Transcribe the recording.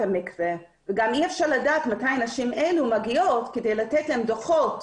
המקווה וגם אי אפשר לדעת מתי הנשים האלה מגיעות כדי לתת להן דוחות